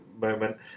moment